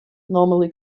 normally